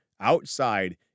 outside